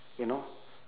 you know